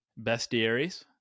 bestiaries